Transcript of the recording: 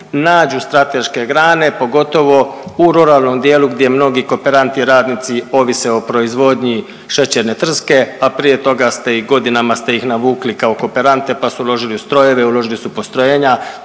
nađu strateške grane pogotovo u ruralnom dijelu gdje mnogi kooperanti i radnici ovise o proizvodnji šećerne trske, a prije toga ste ih, godinama ste ih navukli kao kooperante pa su uložili u strojeve, uložili su u postrojenja.